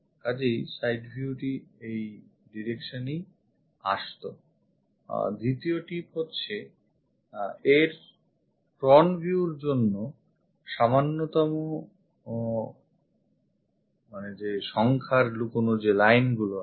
কাজেই side view টি এই direction এ ই আসতো দ্বিতীয় tip হচ্ছে এর front viewর জন্য সামান্যতম সংখ্যার লুকোনো line আছে